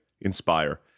Inspire